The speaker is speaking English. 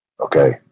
Okay